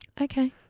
Okay